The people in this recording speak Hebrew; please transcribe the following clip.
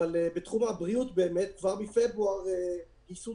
אבל בתחום הבריאות כבר מפברואר גייסו